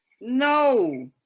No